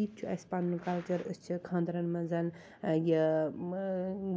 یِتہِ چھُ اَسہِ پَنُن کَلچَر أسۍ چھِ خانٛدرَن مَنٛز یہِ